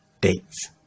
dates